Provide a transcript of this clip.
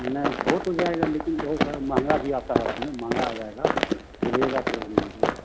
नहीं हो तो जाएगा लेकिन बहुत सारा महँगा भी आता है उसमें महँगा आ जाएगा बोलिएगा तो हम दे देंगे